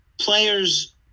players